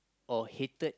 or hated